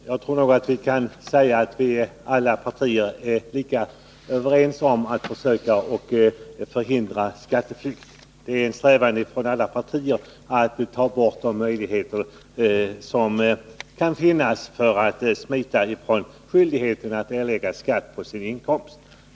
Herr talman! Jag tror nog att vi i alla partier är överens om att försöka förhindra skatteflykt. Det är en strävan hos alla partier att ta bort de möjligheter som kan finnas att smita från skyldigheten att erlägga skatt på sin inkomst.